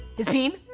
his peen?